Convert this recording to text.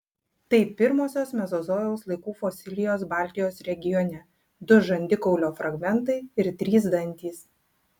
tai pirmosios mezozojaus laikų fosilijos baltijos regione du žandikaulio fragmentai ir trys dantys